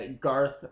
Garth